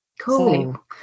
Cool